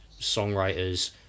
songwriters